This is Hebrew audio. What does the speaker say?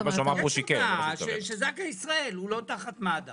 כלל המתנדבים של איחוד הצלה עוברים הכשרת חובש רפואת חירום,